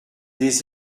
des